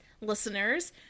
Listeners